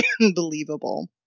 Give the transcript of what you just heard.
unbelievable